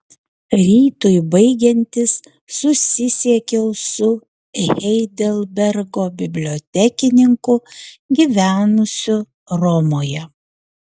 rytui baigiantis susisiekiau su heidelbergo bibliotekininku gyvenusiu romoje